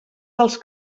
dels